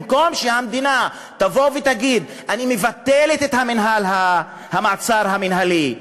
במקום שהמדינה תבוא ותגיד: אני מבטלת את המעצר המינהלי,